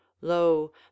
Lo